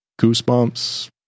goosebumps